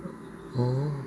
oh